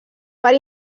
per